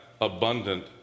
abundant